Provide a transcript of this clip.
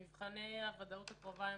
מבחני הוודאות הקרובה הם